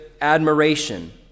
admiration